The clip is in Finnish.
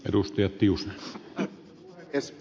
arvoisa puhemies